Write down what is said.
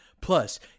Plus